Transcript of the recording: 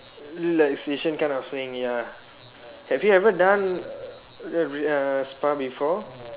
relaxation kind of thing ya have you ever done uh spa before